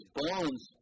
bones